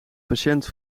patiënt